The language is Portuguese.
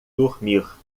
dormir